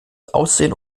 aussehen